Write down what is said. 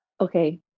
Okay